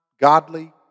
godly